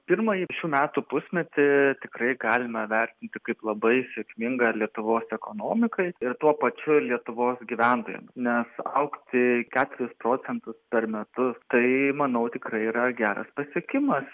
pirmąjį šių metų pusmetį tikrai galime vertinti kaip labai sėkmingą lietuvos ekonomikai ir tuo pačiu lietuvos gyventojams nes augti keturis procentus per metus tai manau tikrai yra geras pasiekimas